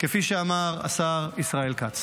כפי שאמר השר ישראל כץ.